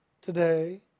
today